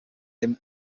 him